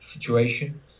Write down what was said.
situation